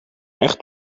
echt